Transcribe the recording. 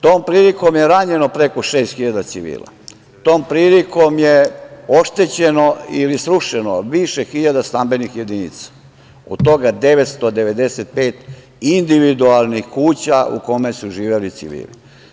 Tom prilikom je ranjeno preko šest hiljada civila, tom prilikom je oštećeno ili srušeno više hiljada stambenih jedinica, od toga 995 individualnih kuća u kome su živeli civili.